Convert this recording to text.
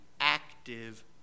active